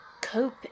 cope